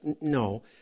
No